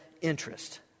interest